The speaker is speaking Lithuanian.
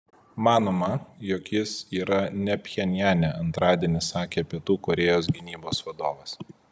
manoma jog jis yra ne pchenjane antradienį sakė pietų korėjos gynybos vadovas